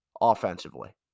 Offensively